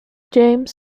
james